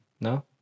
No